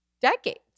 decades